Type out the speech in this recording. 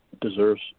deserves